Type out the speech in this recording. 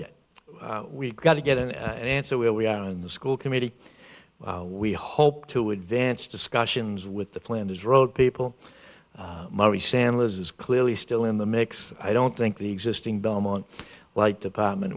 yet we've got to get an answer where we are on the school committee we hope to advance discussions with the plan this road people mari sandler's is clearly still in the mix i don't think the existing belmont like department